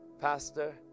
Pastor